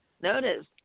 notice